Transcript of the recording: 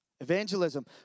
evangelism